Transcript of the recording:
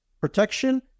protection